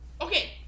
Okay